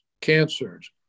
cancers